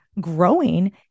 growing